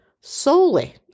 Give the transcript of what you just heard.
solely